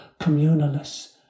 communalists